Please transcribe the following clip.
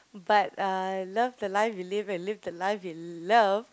but uh love the life you live and live the life you love